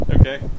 Okay